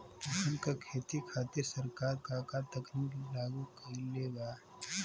धान क खेती खातिर सरकार का का तकनीक लागू कईले बा?